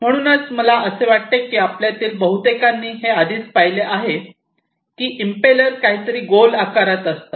म्हणूनच मला वाटते की आपल्यातील बहुतेकांनी हे आधीच पाहिले आहे की हे इंपेलर काहीतरी गोल आकारात असतात